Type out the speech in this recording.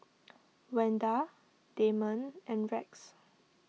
Wanda Damon and Rex